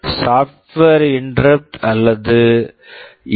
software interrupt software interrupt அல்லது S